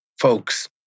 folks